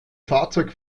fahrzeug